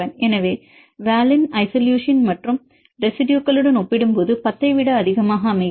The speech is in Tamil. எனவே வேலின் ஐசோலூசின் மற்ற ரெசிடுயுகளுடன் ஒப்பிடும்போது 10 ஐ விட அதிகமாக அமைக்கிறது